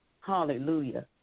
hallelujah